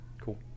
cool